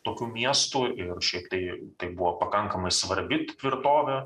tokių miestų ir šiaip tai tai buvo pakankamai svarbi tvirtovė